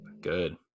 Good